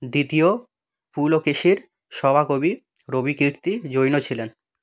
দ্বিতীয় পুলকেশীর সভাকবি রবিকীর্তি জৈন ছিলেন